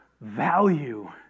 value